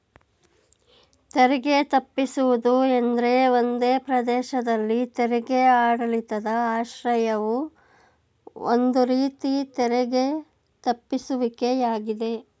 ತೆರಿಗೆ ತಪ್ಪಿಸುವುದು ಎಂದ್ರೆ ಒಂದೇ ಪ್ರದೇಶದಲ್ಲಿ ತೆರಿಗೆ ಆಡಳಿತದ ಆಶ್ರಯವು ಒಂದು ರೀತಿ ತೆರಿಗೆ ತಪ್ಪಿಸುವಿಕೆ ಯಾಗಿದೆ